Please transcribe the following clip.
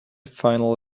final